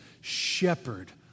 shepherd